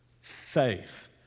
faith